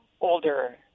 older